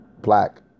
black